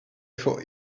thought